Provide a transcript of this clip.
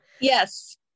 Yes